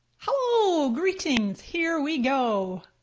hello! greetings, here we go!